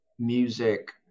Music